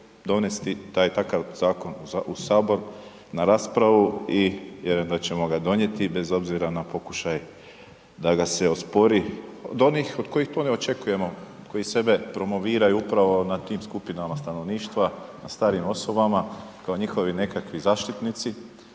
donesti taj i takav zakon u sabor na raspravu i vjerujem da ćemo ga donijeti bez obzira na pokušaj da ga se ospori od onih od kojih to ne očekujemo, koji sebe promoviraju upravo na tim skupinama stanovništva na starijim osobama kao njihovi nekakvi zaštitnici